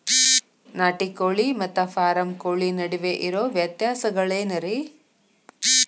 ನಾಟಿ ಕೋಳಿ ಮತ್ತ ಫಾರಂ ಕೋಳಿ ನಡುವೆ ಇರೋ ವ್ಯತ್ಯಾಸಗಳೇನರೇ?